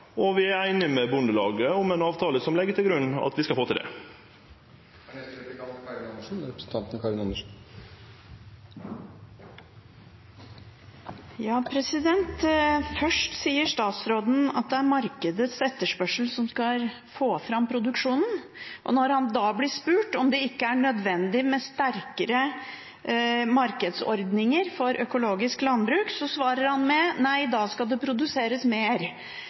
og vi er einige med Bondelaget om ein avtale som legg til grunn at vi skal få til det. Først sier statsråden at det er markedets etterspørsel som skal få fram produksjonen, og når han da blir spurt om det ikke er nødvendig med sterkere markedsordninger for økologisk landbruk, svarer han at da skal det